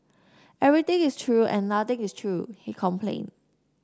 everything is true and nothing is true he complained